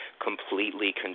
completely